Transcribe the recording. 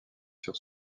sur